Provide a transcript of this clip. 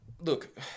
look